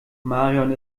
marion